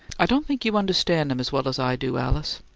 i don't think you understand him as well as i do, alice.